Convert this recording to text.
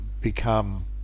become